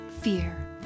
fear